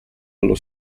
allo